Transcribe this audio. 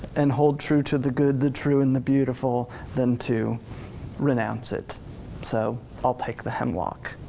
and hold true to the good, the true, and the beautiful than to renounce it so i'll take the hemlock.